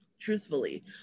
truthfully